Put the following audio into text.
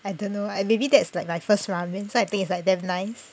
I don't know I maybe that's like my first ramen so I think like damn nice